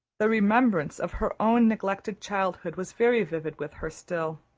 the remembrance of her own neglected childhood was very vivid with her still.